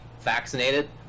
vaccinated